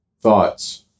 Thoughts